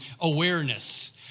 awareness